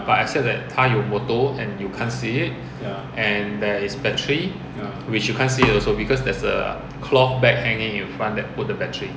but except that 他有 motor and you can't see it and there is battery which you can't see it also because there's a cloth bag hanging in front that put the battery